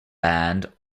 band